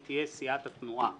היא תהיה סיעת התנועה.